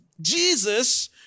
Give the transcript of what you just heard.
Jesus